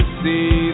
see